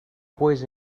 boys